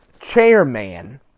chairman